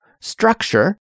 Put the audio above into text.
structure